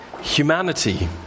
Humanity